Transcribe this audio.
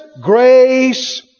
Grace